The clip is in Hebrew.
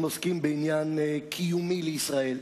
הם עוסקים בעניין קיומי לישראל.